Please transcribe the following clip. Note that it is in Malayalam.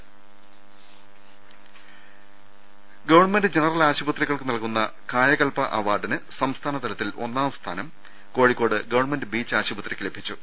രുവ്വദിയ ഗവൺമെന്റ് ജനറൽ ആശുപത്രികൾക്ക് നൽകുന്ന കായകല്പ അവാർഡിന് സംസ്ഥാന തലത്തിൽ ഒന്നാം സ്ഥാനം കോഴിക്കോട് ഗവൺമെന്റ് ബീച്ച് ആശുപത്രിക്ക് ലഭിച്ചു